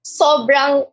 sobrang